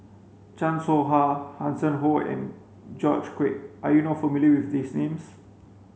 Chan Soh Ha Hanson Ho and George Quek are you not familiar with these names